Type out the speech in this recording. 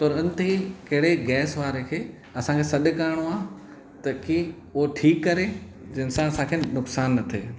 तुरंत ई कहिड़े गैस वारे खे असांखे सॾु करिणो आहे त की उहो ठीकु करे जंहिंसा असांखे नुक़सान न थिए